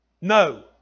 No